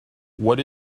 what